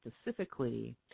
specifically